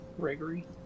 Gregory